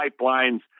pipelines